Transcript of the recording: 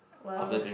well